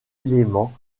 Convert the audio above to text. éléments